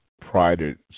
prided